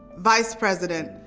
vice president,